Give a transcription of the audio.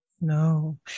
No